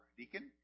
deacon